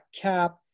Cap